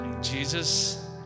jesus